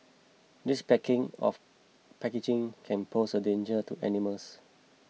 this packing of packaging can pose a danger to animals